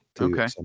Okay